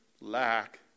lack